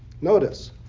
notice